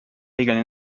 regeln